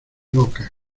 loca